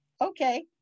Okay